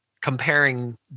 comparing